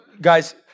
guys